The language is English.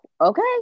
okay